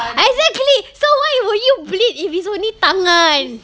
exactly so why would you bleed if it's only tangan